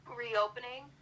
reopening